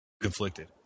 conflicted